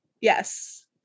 Yes